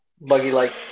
buggy-like